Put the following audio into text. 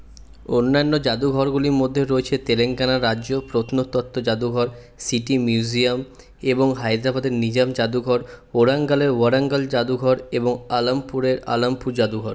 অন্যান্য জাদুঘরগুলির মধ্যে রয়েছে তেলাঙ্গানা রাজ্য প্রত্নতত্ত্ব জাদুঘর সিটি মিউজিয়াম এবং হায়দ্রাবাদের নিজাম জাদুঘর ওরাঙ্গলের ওয়ারাঙ্গল জাদুঘর এবং আলমপুরের আলমপুর জাদুঘর